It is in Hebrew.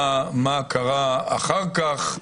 מה קרה אחר כך?